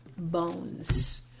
Bones